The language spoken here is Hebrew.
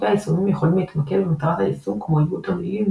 כותבי היישומים יכולים להתמקד במטרת היישום כמו עיבוד תמלילים,